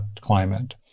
climate